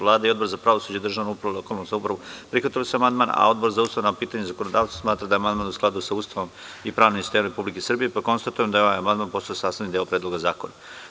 Vlada i Odbor za pravosuđe, državnu upravu i lokalnu samoupravu prihvatili su amandman, a Odbor za ustavna pitanja i zakonodavstvo smatra da je amandman u skladu sa Ustavom i pravnim sistemom Republike Srbije, pa konstatujem da je ovaj amandman postao sastavni deo Predloga zakona.